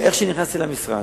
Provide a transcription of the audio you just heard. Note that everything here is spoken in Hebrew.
ואיך שנכנסתי למשרד,